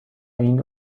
این